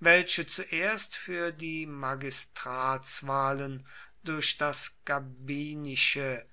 welche zuerst für die magistratswahlen durch das gabinische